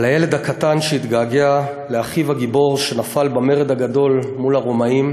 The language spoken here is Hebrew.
על הילד הקטן שהתגעגע לאחיו הגיבור שנפל במרד הגדול מול הרומאים